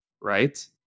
right